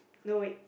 no wait